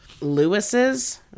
Lewis's